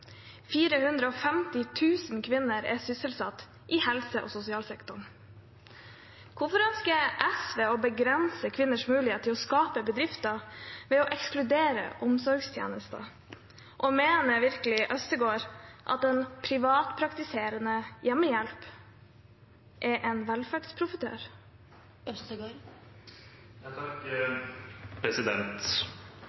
000 kvinner er sysselsatt i helse- og sosialsektoren. Hvorfor ønsker SV å begrense kvinners mulighet til å skape bedrifter ved å ekskludere omsorgstjenester, og mener virkelig Øvstegård at en privatpraktiserende hjemmehjelp er en velferdsprofitør?